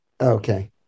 Okay